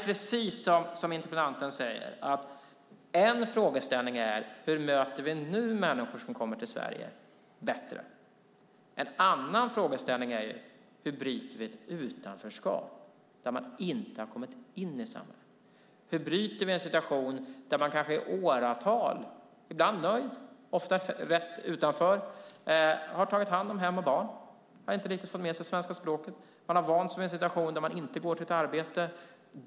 Precis som interpellanten säger är en frågeställning hur vi bättre möter människor som nu kommer till Sverige. En annan frågeställning är hur vi bryter ett utanförskap när man inte har kommit in i samhället. Hur bryter vi en situation där man kanske i åratal, ibland nöjd, ofta rätt utanför, har tagit hand om hem och barn och inte riktigt fått med sig svenska språket utan vant sig vid att inte gå till ett arbete?